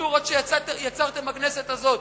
והקוניונקטורות שיצרתם בכנסת הזאת.